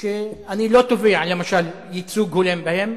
שאני לא תובע ייצוג הולם בהם,